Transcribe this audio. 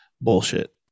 bullshit